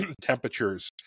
temperatures